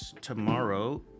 tomorrow